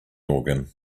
organ